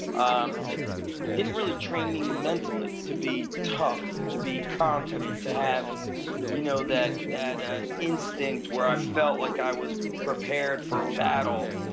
um it didn't really train me mentally to be tough, to be confident, to have you know that that ah instinct where i felt like i was prepared for battle,